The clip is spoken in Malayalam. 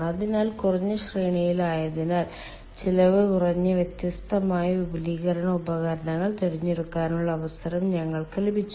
അതിനാൽ കുറഞ്ഞ ശ്രേണിയിലായതിനാൽ ചെലവ് കുറഞ്ഞ വ്യത്യസ്തമായ വിപുലീകരണ ഉപകരണങ്ങൾ തിരഞ്ഞെടുക്കാനുള്ള അവസരം ഞങ്ങൾക്ക് ലഭിച്ചു